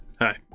Hi